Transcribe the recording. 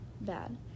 bad